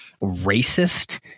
racist